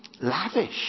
lavish